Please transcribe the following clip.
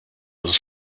was